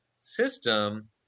system